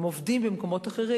הם עובדים במקומות אחרים.